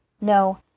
No